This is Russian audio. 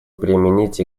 применить